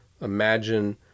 imagine